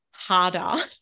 harder